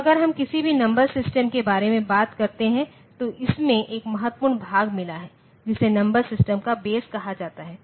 तो अगर हम किसी भी नंबर सिस्टम के बारे में बात करते हैं तो इसमें एक महत्वपूर्ण भाग मिला है जिसे नंबर सिस्टम का बेस कहा जाता है